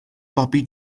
bobi